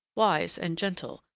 wise and gentle,